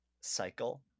cycle